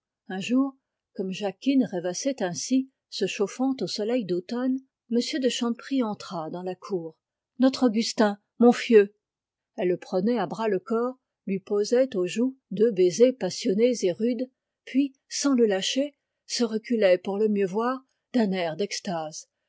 un jour comme jacquine rêvassait ainsi se chauffant au soleil d'automne m de chanteprie entra dans la cour notre augustin mon fieu elle le prenait à bras le corps lui posait aux joues deux baisers passionnés et rudes puis sans le lâcher se reculait pour le mieux voir d'un air d'extase